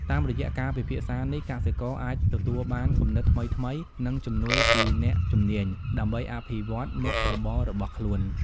តាមរយៈការពិភាក្សានេះ កសិករអាចទទួលបានគំនិតថ្មីៗ និងជំនួយពីអ្នកជំនាញដើម្បីអភិវឌ្ឍមុខរបររបស់ខ្លួន។